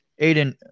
Aiden